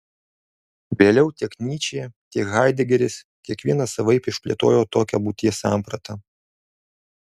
vėliau tiek nyčė tiek haidegeris kiekvienas savaip išplėtojo tokią būties sampratą